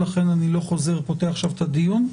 לכן אני לא חוזר ופותח את הדיון עכשיו.